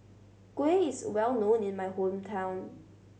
kuih is well known in my hometown